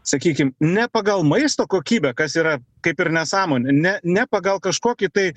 sakykim ne pagal maisto kokybę kas yra kaip ir nesąmonė ne ne pagal kažkokį tai